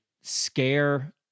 scare